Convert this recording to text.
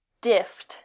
diff